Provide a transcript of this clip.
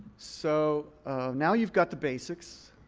so now you've got the basics,